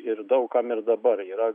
ir daug kam ir dabar yra